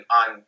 on